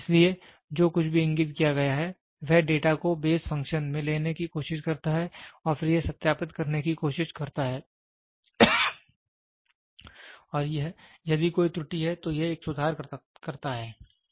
इसलिए जो कुछ भी इंगित किया गया है वह डेटा को बेस फ़ंक्शन में लेने की कोशिश करता है और फिर यह सत्यापित करने की कोशिश करता है और यदि कोई त्रुटि है तो यह एक सुधार करता है